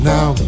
Now